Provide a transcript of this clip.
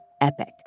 epic